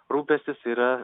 rūpestis yra